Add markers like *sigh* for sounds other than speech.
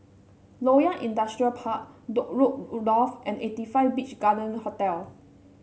Loyang Industrial Park Dock Road *unintelligible* and eighty five Beach Garden Hotel